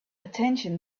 attention